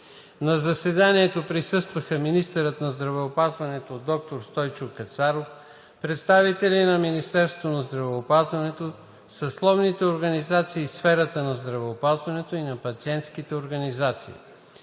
На заседанието присъстваха министърът на здравеопазването, доктор Стойчо Кацаров, представители на Министерството на здравеопазването, съсловните организации в сферата на здравеопазването и на пациентските организации.